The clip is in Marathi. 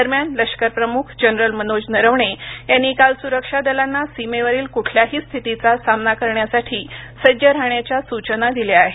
दरम्यान लष्करप्रमुख जनरल मनोज नरवणे यांनी काल सुरक्षा दलांना सीमेवरील कुठल्याही स्थितीचा सामना करण्यासाठी सज्ज राहण्याच्या सूचना दिल्या आहेत